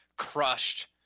crushed